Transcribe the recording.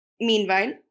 Meanwhile